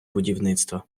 будівництва